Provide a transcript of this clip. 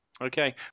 Okay